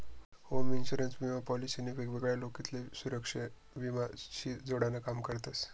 home insurance विमा policy शे नी वेगवेगळा लोकसले सुरेक्षा विमा शी जोडान काम करतस